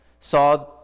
saw